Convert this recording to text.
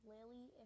Lily